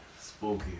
spooky